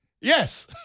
yes